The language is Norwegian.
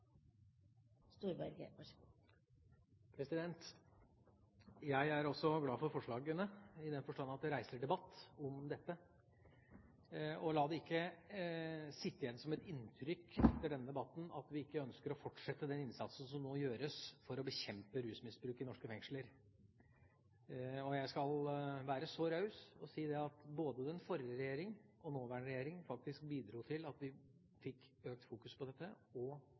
også glad for forslagene, i den forstand at de reiser debatt om dette. La det ikke sitte igjen som et inntrykk etter denne debatten at vi ikke ønsker å fortsette den innsatsen som nå gjøres for å bekjempe rusmisbruk i norske fengsler. Jeg skal være så raus å si at både den forrige regjering og den nåværende regjering bidro til at vi fikk økt fokus på dette og